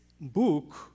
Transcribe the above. book